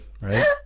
right